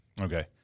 Okay